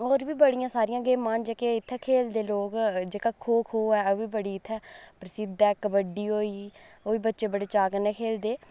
होर बी बड़ियां सारियां गेमां न जेह्के इत्थै खेढदे लोक जेह्का खो खो ऐ ओह् बी बड़ी इत्थै प्रसिद्ध ऐ कबड्डी होई ओह् बी बच्चे बड़े चाऽ कन्नै खेढदे